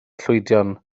llwydion